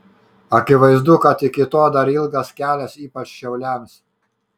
akivaizdu kad iki to dar ilgas kelias ypač šiauliams